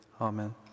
Amen